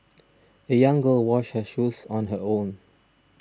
the young girl washed her shoes on her own